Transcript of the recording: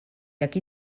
aquí